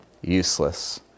useless